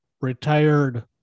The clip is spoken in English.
retired